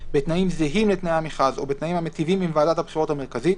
בתנאים זהים לתנאי המכרז או בתנאים המיטיבים עם ועדת הבחירות המרכזית,